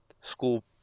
school